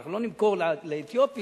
אנחנו לא נמכור לאתיופים,